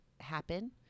happen